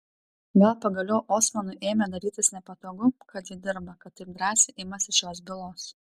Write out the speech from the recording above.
gal pagaliau osmanui ėmė darytis nepatogu kad ji dirba kad taip drąsiai imasi šios bylos